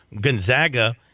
Gonzaga